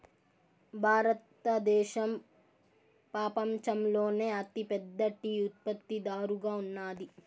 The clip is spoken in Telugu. భారతదేశం పపంచంలోనే అతి పెద్ద టీ ఉత్పత్తి దారుగా ఉన్నాది